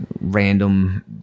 random